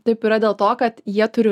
taip yra dėl to kad jie turi